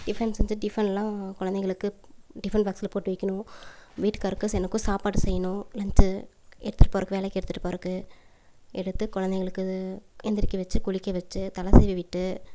tiffin செஞ்சு டிஃபனெலாம் குழந்தைங்களுக்கு டிஃபன் பாக்ஸில் போட்டு வைக்கிணும் வீட்டுக்காரருக்கும் எனக்கும் சாப்பாடு செய்யணும் லன்ச்சு எடுத்துகிட்டு போகிறக்கு வேலைக்கு எடுத்துகிட்டு போகிறக்கு எடுத்து குழந்தைங்களுக்கு எழுந்திரிக்க வச்சு குளிக்க வச்சு தலை சீவி விட்டு